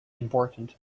important